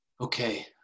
Okay